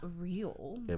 real